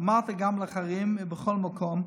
אמרת גם לאחרים בכל מקום: